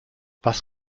was